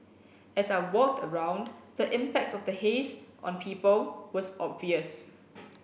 as I walked around the impact of the haze on people was obvious